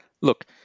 Look